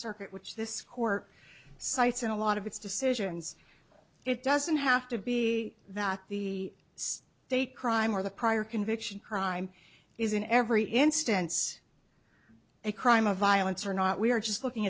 circuit which this court cites in a lot of its decisions it doesn't have to be that the state crime or the prior conviction crime is in every instance a crime of violence or not we're just looking